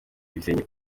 ibisenge